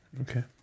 Okay